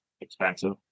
expensive